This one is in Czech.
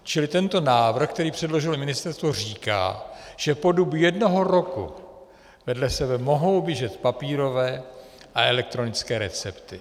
Čili tento návrh, který předložilo ministerstvo, říká, že po dobu jednoho roku vedle sebe mohou běžet papírové a elektronické recepty.